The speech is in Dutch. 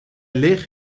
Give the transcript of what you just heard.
leeg